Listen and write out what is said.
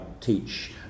teach